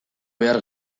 behar